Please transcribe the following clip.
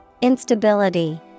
Instability